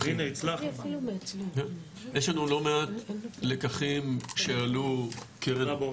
יש לנו לא מעט לקחים שעלו קרן,